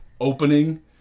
opening